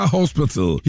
Hospital